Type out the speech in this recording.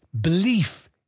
belief